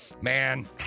Man